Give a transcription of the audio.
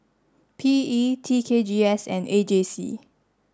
P E T K G S and A J C